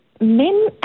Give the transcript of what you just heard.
men